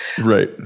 Right